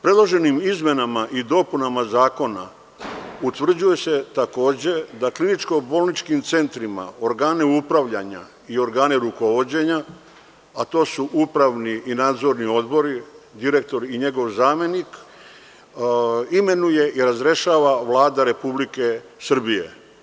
Predloženim izmenama i dopunama zakona utvrđuje se takođe da u kliničko bolničkim centrima, organe upravljanja i organe rukovođenja, a to su upravni i nadzorni odbori, direktor i njegov zamenik imenuje i razrešava Vlada Republike Srbije.